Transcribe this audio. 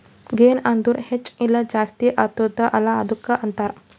ಗೆನ್ ಅಂದುರ್ ಹೆಚ್ಚ ಇಲ್ಲ ಜಾಸ್ತಿ ಆತ್ತುದ ಅಲ್ಲಾ ಅದ್ದುಕ ಅಂತಾರ್